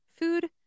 food